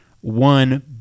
one